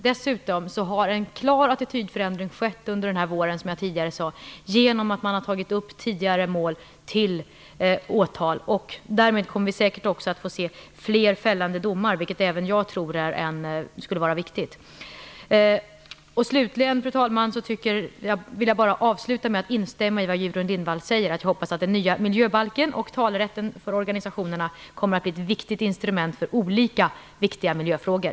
Dessutom har en klar attitydförändring skett under våren, som jag redan tidigare sade, genom att man tagit upp tidigare mål till åtal. Därmed kommer vi säkert att få se fler fällande domar, vilket även jag tror skulle vara viktigt. Jag vill avsluta med att instämma i det Gudrun Lindvall säger om den nya miljöbalken och talerätten för organisationerna som ett viktigt instrument i olika viktiga miljöfrågor.